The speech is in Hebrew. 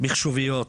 מחשוביות,